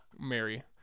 Mary